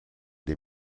des